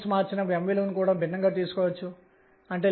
మరియు sin2Lz2L2 మరియు LzL≤sinθ≤LzL